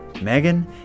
Megan